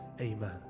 amen